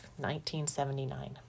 1979